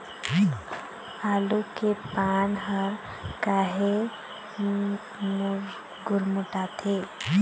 आलू के पान हर काहे गुरमुटाथे?